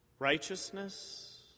righteousness